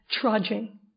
trudging